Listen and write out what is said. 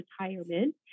retirement